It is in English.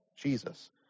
Jesus